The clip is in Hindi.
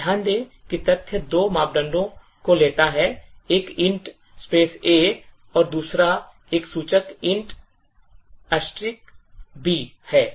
तो ध्यान दें कि तथ्य दो मापदंडों को लेता है एक int a है और दूसरा एक सूचक int b है